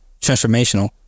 transformational